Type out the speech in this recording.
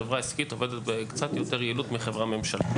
חברה עסקית עובדת בקצת יותר יעילות מחברה ממשלתית.